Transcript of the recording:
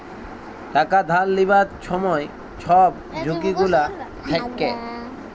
টাকা ধার লিবার ছময় ছব ঝুঁকি গুলা থ্যাকে